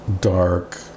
dark